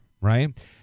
right